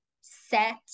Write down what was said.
set